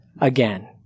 again